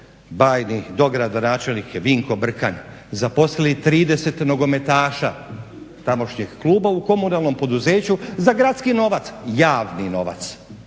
bajni dogradonačelnik Vinko Brkan zaposlili 30 nogometaša tamošnjeg kluba u komunalnom poduzeću za gradski novac, javni novaca.